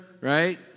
right